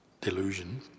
delusion